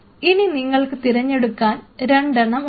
ഇനി നിങ്ങൾക്ക് തിരഞ്ഞെടുക്കാൻ രണ്ടെണ്ണം ഉണ്ട്